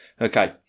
Okay